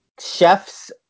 chefs